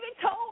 told